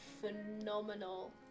phenomenal